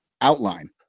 outline